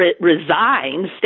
resigns